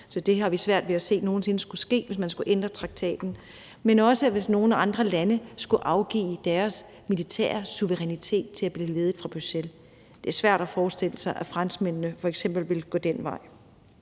så det har vi svært ved at se nogen sinde skulle ske, hvis man skulle ændre traktaten. Det gælder også, hvis andre lande skulle afgive deres militære suverænitet til at blive ledet fra Bruxelles. Det er svært at forestille sig, at f.eks. franskmændene ville gå den vej.